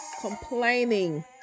complaining